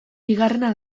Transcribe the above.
bigarrena